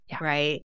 right